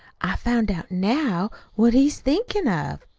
i've found out now what he's thinkin' of.